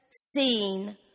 seen